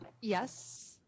Yes